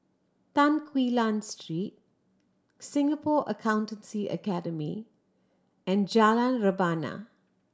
Tan Quee Lan Street Singapore Accountancy Academy and Jalan Rebana